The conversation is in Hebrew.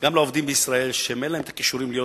גם לעובדים בישראל שאין להם הכישורים להיות